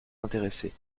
intéressés